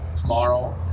tomorrow